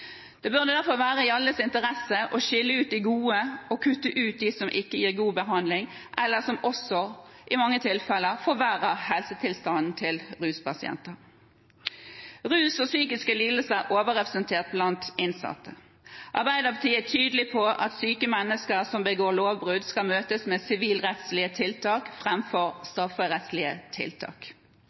Det burde i hvert fall være i alles interesse å skille ut de gode og kutte ut dem som ikke gir god behandling, eller som også, i mange tilfeller, forverrer helsetilstanden til ruspasienter. Rus og psykiske lidelser er overrepresentert blant innsatte. Arbeiderpartiet er tydelig på at syke mennesker som begår lovbrudd, skal møtes med sivilrettslige framfor strafferettslige tiltak.